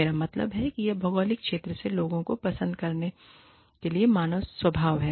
मेरा मतलब है कि यह भौगोलिक क्षेत्र से लोगों को पसंद करने के लिए मानव स्वभाव है